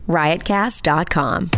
riotcast.com